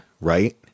right